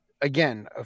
again